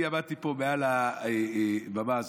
אני עמדתי מעל הבמה הזאת,